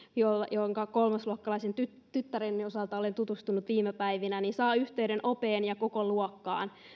johonka kolmasluokkalaisen tyttäreni osalta olen tutustunut viime päivinä saa yhteyden opeen ja koko luokkaan